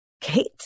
Kate